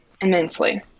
immensely